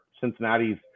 Cincinnati's